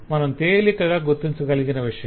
మనం తేలికగా గుర్తించగలిగిన విషయం